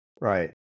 Right